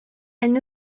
elles